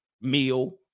meal